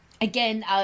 again